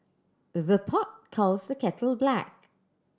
the pot calls the kettle black